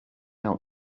out